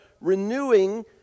renewing